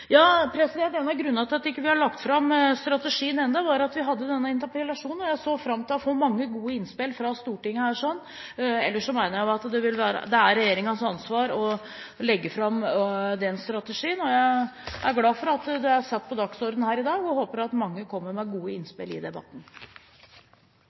En av grunnene til at vi ikke har lagt fram strategien enda, er at vi hadde denne saken, og jeg så fram til å få mange gode innspill fra Stortinget. Ellers mener jeg at det er regjeringens ansvar å legge fram den strategien, og jeg er glad for at det er satt på dagsordenen her i dag, og håper at mange kommer med gode